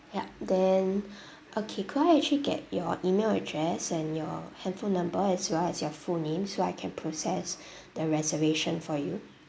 ya then okay could I actually get your email address and your handphone number as well as your full name so I can process the reservation for you